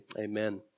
amen